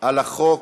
על החוק.